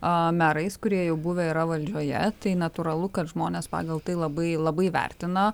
a merais kurie jau buvę yra valdžioje tai natūralu kad žmonės pagal tai labai labai vertina